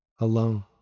alone